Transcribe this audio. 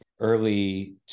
early